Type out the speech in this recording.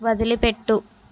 వదిలిపెట్టు